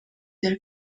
del